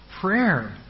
Prayer